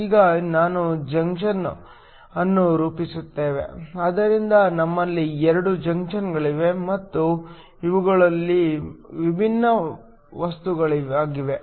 ಈಗ ನಾವು ಜಂಕ್ಷನ್ ಅನ್ನು ರೂಪಿಸುತ್ತೇವೆ ಆದ್ದರಿಂದ ನಮ್ಮಲ್ಲಿ 2 ಜಂಕ್ಷನ್ಗಳಿವೆ ಮತ್ತು ಇವುಗಳು ವಿಭಿನ್ನ ವಸ್ತುಗಳಾಗಿವೆ